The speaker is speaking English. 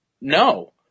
No